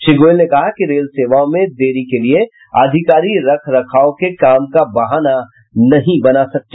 श्री गोयल ने कहा कि रेल सेवाओं में देरी के लिये अधिकारी रख रखाब के काम का बहाना नहीं बना सकते